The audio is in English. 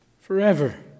forever